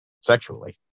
sexually